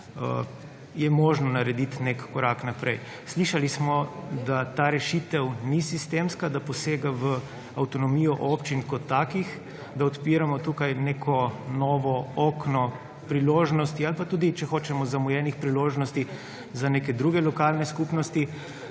je možno narediti nek korak naprej. Slišali smo, da ta rešitev ni sistemska, da posega v avtonomijo občin kot takih, da odpiramo tukaj neko novo okno priložnosti ali pa tudi, če hočemo, zamujenih priložnosti za neke druge lokalne skupnosti,